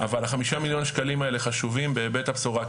אבל החמישה מילוין שקלים האלו חשובים בהיבט הבשורה,